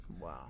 Wow